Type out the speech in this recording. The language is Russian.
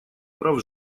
прав